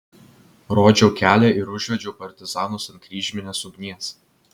rodžiau kelią ir užvedžiau partizanus ant kryžminės ugnies